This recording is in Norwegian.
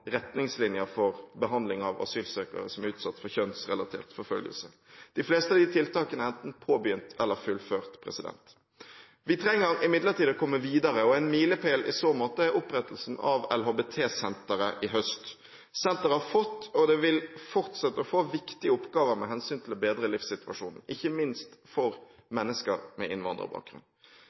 retningslinjer for behandling av asylsøkere som er utsatt for kjønnsrelatert forfølgelse De fleste av disse tiltakene er enten påbegynt eller fullført. Vi trenger imidlertid å komme videre, og en milepæl i så måte er opprettelsen av LHBT-senteret i høst. Senteret har fått – og vil fortsette å få – viktige oppgaver med hensyn til å bedre livssituasjonen, for ikke minst mennesker med innvandrerbakgrunn.